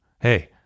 Hey